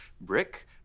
brick